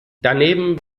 daneben